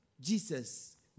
Jesus